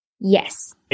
Yes